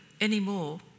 anymore